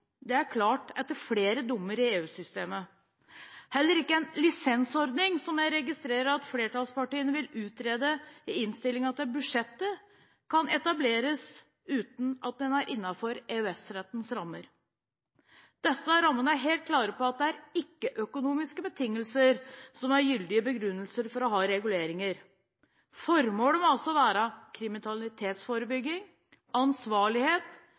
Det er klart etter flere dommer i EU-systemet. Heller ikke en lisensordning, som jeg registrerer at flertallspartiene vil utrede i innstillingen til budsjettet, kan etableres uten at den er innenfor EØS-rettens rammer. Disse rammene er helt klare på at det er ikke-økonomiske betingelser som er gyldige begrunnelser for å ha reguleringer. Formålet må altså være kriminalitetsforebygging, ansvarlighet,